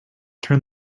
turn